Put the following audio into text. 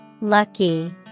Lucky